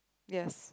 yes